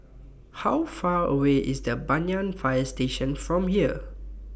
How Far away IS Banyan Fire Station from here